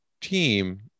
team